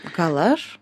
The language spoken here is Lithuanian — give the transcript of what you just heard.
gal aš